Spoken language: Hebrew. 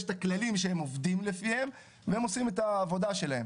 יש את הכללים שהם עובדים לפיהם והם עושים את העבודה שלהם.